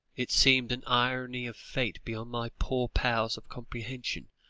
it seemed an irony of fate beyond my poor powers of comprehension,